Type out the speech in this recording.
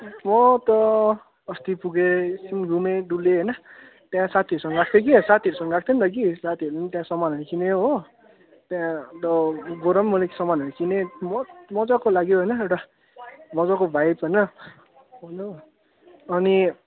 म त अस्ति पुगेँ एकछिन घुमेँ डुलेँ होइन त्यहाँ साथीहरूसँग गएको थिएँ कि साथीहरूसँग गएको थिएँ नि त कि साथीहरूले पनि त्यहाँ सामानहरू किन्यो हो त्यहाँ त गोएर पनि मैले सामानहरू किनेँ मज्जा मज्जाको लाग्यो होइन एउटा मज्जाको भाइभ होइन अनि